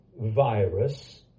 virus